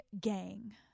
gang